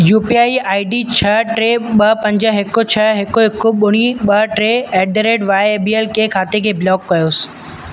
U P I I D छह टे ॿ पंज हिकु छह हिकु हिकु ॿुड़ी ॿ टे at the rate Y B L खाते खे ब्लॉक कयोसि